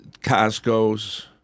Costco's